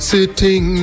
Sitting